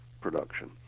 production